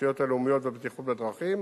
התשתיות הלאומיות והבטיחות בדרכים,